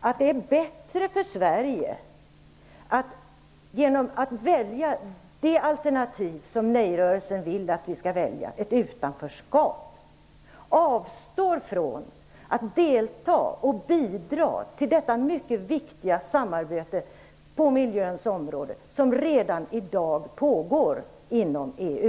att det är bättre för Sverige att vi genom att välja det alternativ som nej-rörelsen vill att vi skall välja - ett utanförskap - avstår från att delta och bidra till detta mycket viktiga samarbete på miljöns område, som redan i dag pågår inom EU?